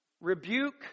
rebuke